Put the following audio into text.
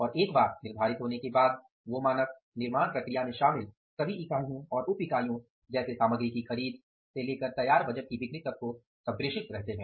और एक बार निर्धारित होने के बाद वो मानक निर्माण प्रक्रिया में शामिल सभी ईकाईयों और उप ईकाईयों जैसे सामग्री की खरीद से लेकर तैयार उत्पाद की बिक्री तक को संप्रेषित रहते हैं